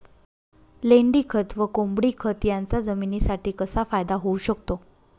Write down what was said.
लेंडीखत व कोंबडीखत याचा जमिनीसाठी कसा फायदा होऊ शकतो?